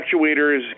actuators